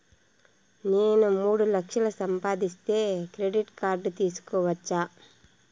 నేను మూడు లక్షలు సంపాదిస్తే క్రెడిట్ కార్డు తీసుకోవచ్చా?